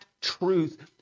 truth